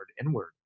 inward